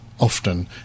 often